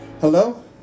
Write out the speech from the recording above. Hello